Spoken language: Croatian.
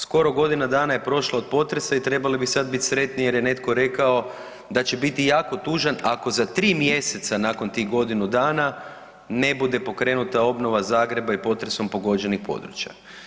Skoro godina dana je prošla od potresa i trebali bi sad biti sretni jer je netko rekao da će bit jako tužan ako za 3 mjeseca nakon tih godinu dana ne bude pokrenuta obnova Zagreba i potresom pogođenih područja.